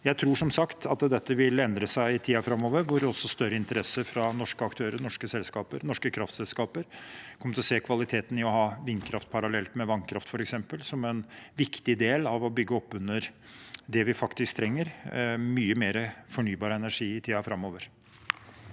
Jeg tror som sagt at dette vil endre seg i tiden framover, hvor det også blir større interesse fra norske aktører, norske kraftselskaper, som kommer til å se kvaliteten i f.eks. å ha vindkraft parallelt med vannkraft som en viktig del av å bygge opp under det vi faktisk trenger: mye mer fornybar energi i tiden framover.